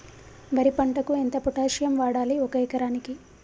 వరి పంటకు ఎంత పొటాషియం వాడాలి ఒక ఎకరానికి?